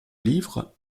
livres